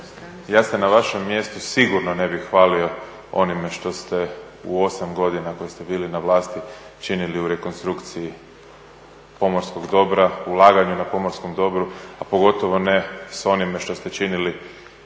ja se na vašem mjestu sigurno ne bih hvalio onime što ste u 8 godina koje ste bili na vlasti činili u rekonstrukciji pomorskog dobra, ulaganju na pomorskom dobru, a pogotovo ne s onime što ste činili